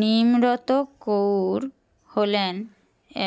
নিমরত কৌর হলেন